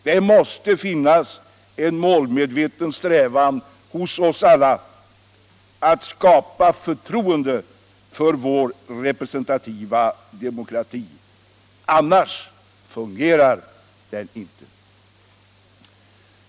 Det måste finnas en målmedveten strävan hos oss alla att skapa förtroende för vår representativa demokrati, annars fungerar den inte.